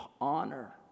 honor